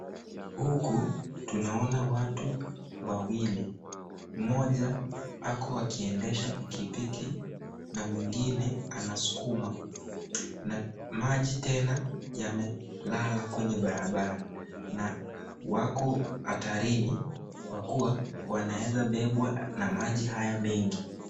Huku, tunaona watu wawili. Mmoja ako akiendesha piki piki na mwingine anaskuma. Na maji tena yamelala kwenye barabara na wako hatarini, kwa kua, wanaeza bebwa na maji haya mengi.